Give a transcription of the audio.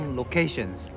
locations